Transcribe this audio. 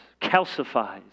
calcifies